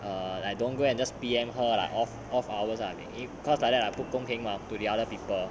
err I don't go and just P_M her lah off off hours ah because like that like 不公平 mah to the other people